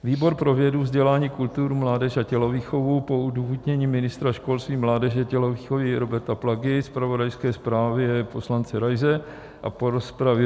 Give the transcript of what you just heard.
Výbor pro vědu, vzdělání, kulturu, mládež a tělovýchovu po odůvodnění ministra školství, mládeže a tělovýchovy Roberta Plagy, zpravodajské zprávě poslance Raise a po rozpravě: